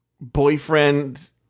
Boyfriend